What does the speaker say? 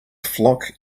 flock